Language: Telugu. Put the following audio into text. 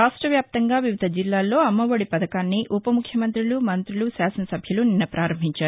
రాష్టవ్యాప్తంగా వివిధ జిల్లాలో అమ్మ ఒడి పథకాన్ని ఉప ముఖ్యమంతులు మంతులు శాసనసభ్యులు పారంభించారు